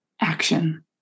action